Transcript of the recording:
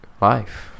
life